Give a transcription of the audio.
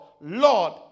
Lord